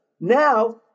now